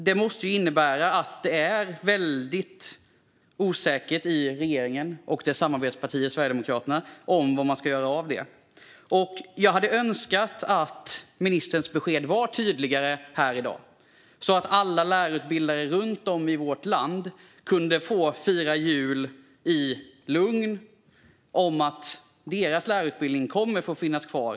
Det måste innebära att det är väldigt osäkert i regeringen och dess samarbetsparti Sverigedemokraterna om vad man ska göra i denna fråga. Jag hade önskat att ministerns besked var tydligare här i dag så att alla lärarutbildare runt om i vårt land kunde få fira jul i lugn vetskap om att deras lärarutbildning kommer att få finnas kvar.